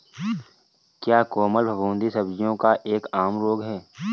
क्या कोमल फफूंदी सब्जियों का एक आम रोग है?